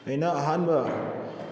ꯑꯩꯅ ꯑꯍꯥꯟꯕ